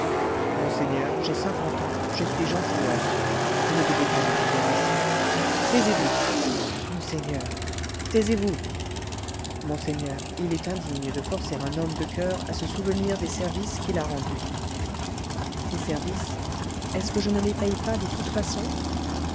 monseigneur j'ai cinquante ans je suis gentilhomme vous ne devez pas me parler ainsi taisez-vous monseigneur taisez-vous monseigneur il est indigne de forcer un homme de coeur à se souvenir des services qu'il a rendus tes services est-ce que je ne les paye pas de toutes façons